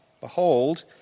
behold